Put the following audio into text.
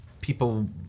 people